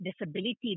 disability